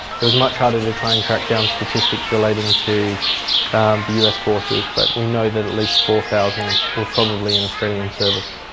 it was much harder to try and track down statistics relating to the us forces, but we know that at least four thousand were probably in australian service.